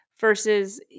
versus